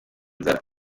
inzara